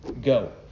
Go